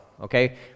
okay